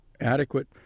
adequate